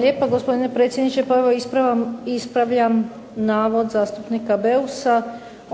lijepa gospodine predsjedniče. Ispravljam navod zastupnika Beusa,